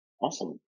Awesome